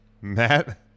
Matt